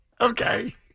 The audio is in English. Okay